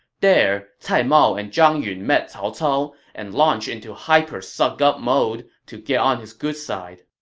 there, cai mao and zhang yun met cao cao and launched into hyper-suck-up mode to get on his good side